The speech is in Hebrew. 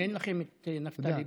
לו "ראש הממשלה",